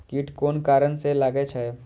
कीट कोन कारण से लागे छै?